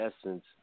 essence